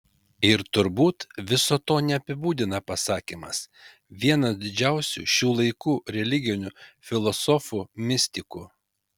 ir turbūt viso to neapibūdina pasakymas vienas didžiausių šių laikų religinių filosofų mistikų